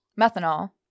methanol